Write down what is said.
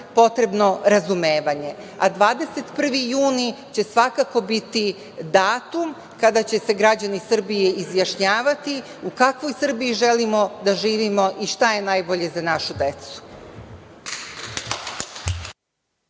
potrebno razumevanje, a 21. juni će svakako biti datum kada će se građani Srbije izjašnjavati u kakvoj Srbiji želimo da živimo i šta je najbolje za našu decu.